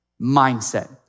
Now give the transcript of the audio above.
mindset